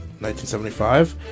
1975